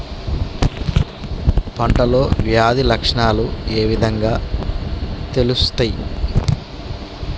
పంటలో వ్యాధి లక్షణాలు ఏ విధంగా తెలుస్తయి?